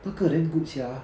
那个 damn good sia